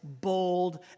bold